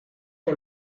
por